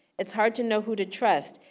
it's hard to know who to trust.